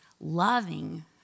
loving